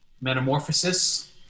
Metamorphosis